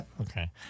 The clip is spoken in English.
okay